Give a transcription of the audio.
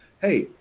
hey